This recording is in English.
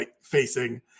facing